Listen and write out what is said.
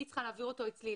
אני צריכה להעביר אותו אצלי,